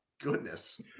goodness